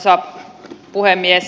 arvoisa puhemies